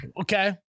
Okay